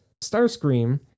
Starscream